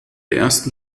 ersten